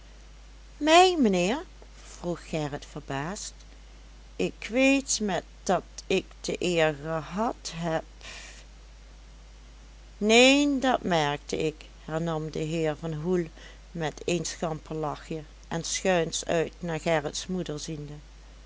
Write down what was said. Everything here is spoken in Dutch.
mij mijnheer vroeg gerrit verbaasd ik weet met dat ik de eer gehad heb neen dat merkte ik hernam de heer van hoel met een schamper lachje en schuins uit naar gerrits moeder ziende